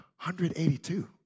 182